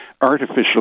artificial